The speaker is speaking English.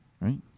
right